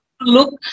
look